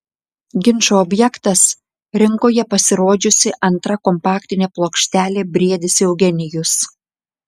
ginčo objektas rinkoje pasirodžiusi antra kompaktinė plokštelė briedis eugenijus